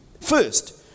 First